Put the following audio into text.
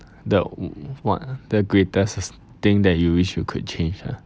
the w~ what the greatest thing that you wish you could change ah